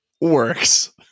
works